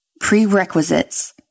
Prerequisites